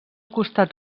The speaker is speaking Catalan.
costat